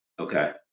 Okay